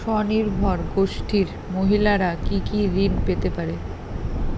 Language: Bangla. স্বনির্ভর গোষ্ঠীর মহিলারা কি কি ঋণ পেতে পারে?